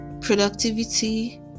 productivity